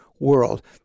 world